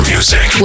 Music